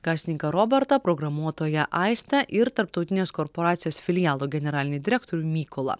kasininką robertą programuotoją aistę ir tarptautinės korporacijos filialo generalinį direktorių mykolą